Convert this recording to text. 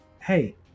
hey